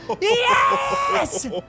Yes